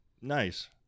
Nice